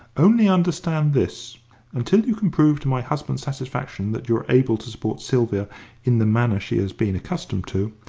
only understand this until you can prove to my husband's satisfaction that you are able to support sylvia in the manner she has been accustomed to,